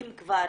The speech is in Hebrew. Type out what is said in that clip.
אם אנחנו כבר